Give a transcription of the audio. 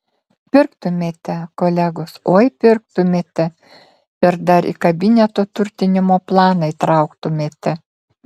pirktumėte kolegos oi pirktumėte ir dar į kabineto turtinimo planą įtrauktumėte